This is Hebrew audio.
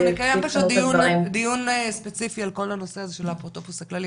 אנחנו נקיים דיון ספציפי על כל הנושא הזה של האפוטרופוס הכללי,